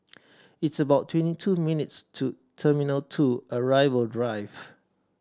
it's about twenty two minutes' to Two Arrival Drive